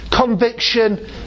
conviction